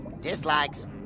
dislikes